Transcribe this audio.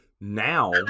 Now